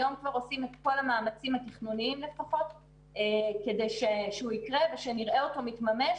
כבר היום עושים את המאמצים כדי שהוא יקרה וכדי שנראה אותו מתממש,